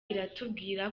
itubwira